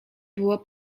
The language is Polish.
było